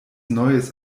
neues